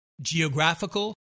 geographical